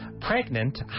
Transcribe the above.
Pregnant